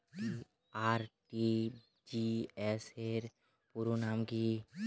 RTGS র পুরো নাম কি?